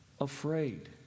afraid